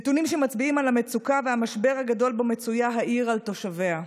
נתונים שמצביעים על המצוקה והמשבר הגדול שבו מצויה העיר על תושביה.